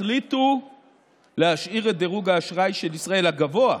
החליטו להשאיר את דירוג האשראי של ישראל, הגבוה,